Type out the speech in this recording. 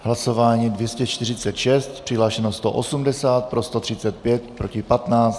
Hlasování 246, přihlášeno 180, pro 135, proti 15.